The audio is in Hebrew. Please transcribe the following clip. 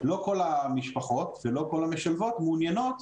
ולא כל המשלבות מעוניינות